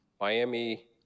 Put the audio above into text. Miami